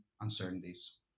uncertainties